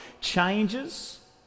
changes